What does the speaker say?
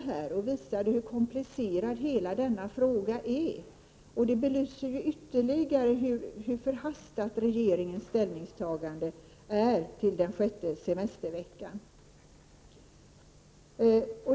Hon visade hur komplicerad hela denna fråga är. Det belyser ytterligare hur förhastat regeringens ställningstagande till den sjätte semesterveckan är.